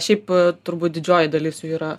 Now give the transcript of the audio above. šiaip turbūt didžioji dalis jų yra